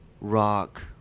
rock